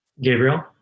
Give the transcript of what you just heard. Gabriel